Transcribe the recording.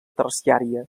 terciària